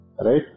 Right